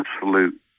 absolute